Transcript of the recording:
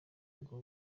ngo